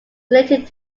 related